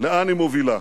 לאן היא מובילה.